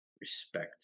respect